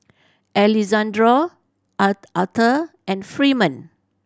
Alexandro Aurthur and Freeman